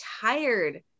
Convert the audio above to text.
tired